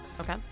Okay